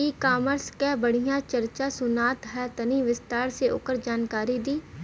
ई कॉमर्स क बड़ी चर्चा सुनात ह तनि विस्तार से ओकर जानकारी दी?